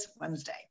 Wednesday